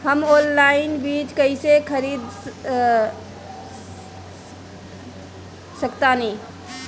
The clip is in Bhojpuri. हम ऑनलाइन बीज कईसे खरीद सकतानी?